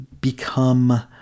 Become